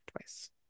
twice